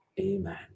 amen